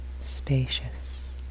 spacious